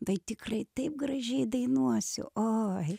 tai tikrai taip gražiai dainuosiu oi